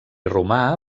romà